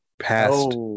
past